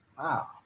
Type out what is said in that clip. Wow